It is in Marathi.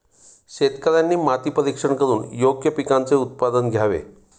शेतकऱ्यांनी माती परीक्षण करून योग्य पिकांचे उत्पादन घ्यावे